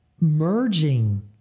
merging